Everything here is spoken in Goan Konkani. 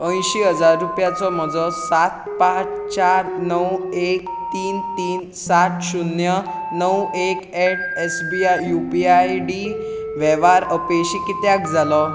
अंयशी हजार रुपयांचो म्हजो सात पांच चार णव एक तीन तीन सात शुन्य णव एक at S B I U P I I D वेव्हार अपेशी कित्याक जालो